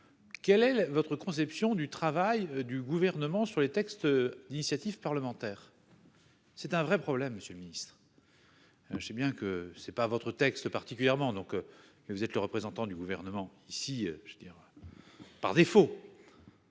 Quelle est votre conception du travail du gouvernement sur les textes d'initiative parlementaire. C'est un vrai problème, Monsieur le Ministre. Je sais bien que c'est pas votre texte particulièrement donc mais vous êtes le représentant du gouvernement. Ici je veux dire. Par défaut.